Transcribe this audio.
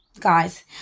guys